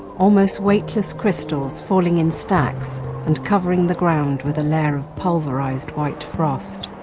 almost weightless crystals falling in stacks and covering the ground with a layer of pulverised white frost.